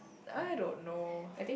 I don't know